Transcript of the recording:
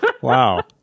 Wow